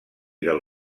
del